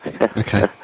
Okay